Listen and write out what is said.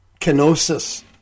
Kenosis